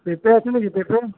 পেঁপে আছে নাকি পেঁপে